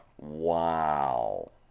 wow